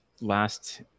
last